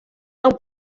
não